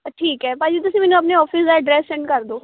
ਠੀਕ ਹੈ ਭਾਜੀ ਤੁਸੀਂ ਮੈਨੂੰ ਆਪਣੇ ਆਫਿਸ ਦਾ ਐਡਰੈਸ ਸੈਂਡ ਕਰ ਦਓ